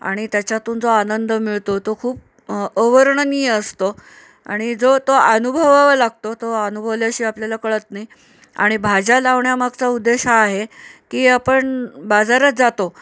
आणि त्याच्यातून जो आनंद मिळतो तो खूप अवर्णनीय असतो आणि जो तो अनुभवावा लागतो तो अनुभवल्याशिवाय आपल्याला कळत नाही आणि भाज्या लावण्यामागचा उद्देश हा आहे की आपण बाजारात जातो